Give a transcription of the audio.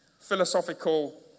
philosophical